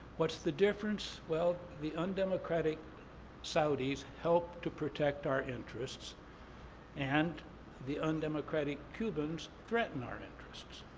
what's the difference? well, the undemocratic saudis help to protect our interests and the undemocratic cubans threatened our interests.